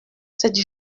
cette